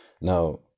Now